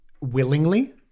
willingly